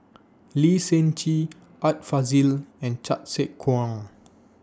Lee Seng Gee Art Fazil and Chan Sek Keong